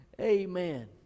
Amen